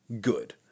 good